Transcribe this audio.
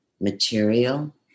material